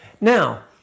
Now